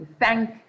thank